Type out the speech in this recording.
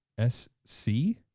s c.